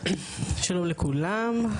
שלום לכולם.